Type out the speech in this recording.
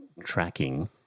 tracking